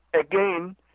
Again